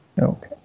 Okay